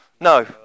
No